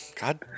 God